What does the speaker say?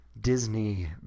Disney